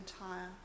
entire